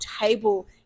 table